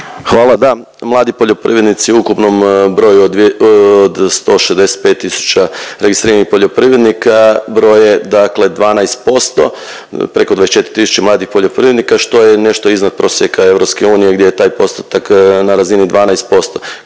Hvala da, mladi poljoprivrednici u ukupnom broju od 165 tisuća registriranih poljoprivrednika broje dakle 12%, preko 24 tisuće mladih poljoprivrednika što je nešto iznad prosjeka EU gdje je taj postotak na razini 12%.